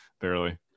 barely